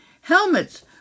Helmets